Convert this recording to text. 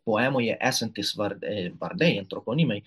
poemoje esantys vardai vardai antroponimai